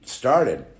started